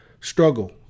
struggle